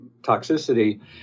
toxicity